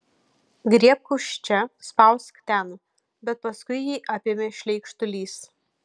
griebk už čia spausk ten bet paskui jį apėmė šleikštulys